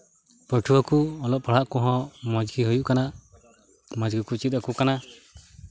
ᱯᱟᱹᱴᱷᱩᱣᱟᱹ ᱠᱚ ᱚᱞᱚᱜ ᱯᱟᱲᱦᱟᱜ ᱠᱚᱦᱚᱸ ᱢᱚᱡᱽ ᱜᱮ ᱦᱩᱭᱩᱜ ᱠᱟᱱᱟ ᱢᱚᱡᱽ ᱜᱮᱠᱚ ᱪᱮᱫ ᱟᱠᱚ ᱠᱟᱱᱟ